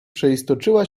przeistoczyła